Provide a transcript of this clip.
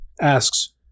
asks